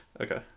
Okay